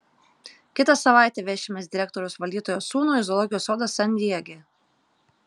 kitą savaitę vešimės direktoriaus valdytojo sūnų į zoologijos sodą san diege